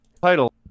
title